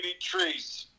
Trees